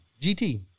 GT